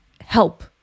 help